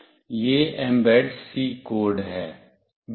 यह Mbed C code है